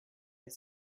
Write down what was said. est